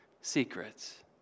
Secrets